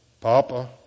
Papa